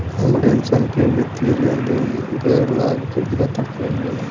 foundation के वित्तीय लेन देन गैर लाभ के खातिर कईल जाला